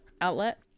outlet